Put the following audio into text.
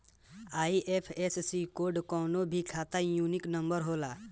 IFSC code कवनो भी खाता यूनिक नंबर होला